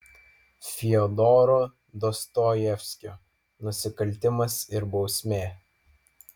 fiodoro dostojevskio nusikaltimas ir bausmė